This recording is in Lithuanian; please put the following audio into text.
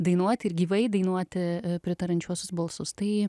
dainuot ir gyvai dainuoti pritariančiuosius balsus tai